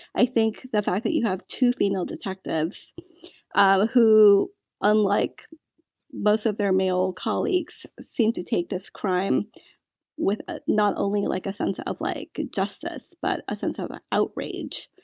i think the fact that you have two female detectives who unlike most of their male colleagues seem to take this crime with ah not only like a sense of like justice but a sense of outrage.